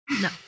No